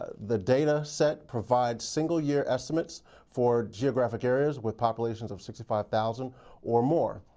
ah the dataset provides single year estimates for geographic areas, with populations of sixty five thousand or more.